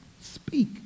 speak